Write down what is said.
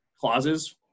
clauses –